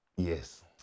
Yes